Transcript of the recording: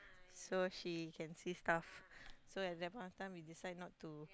so she can see stuff so at that point of time we decide not to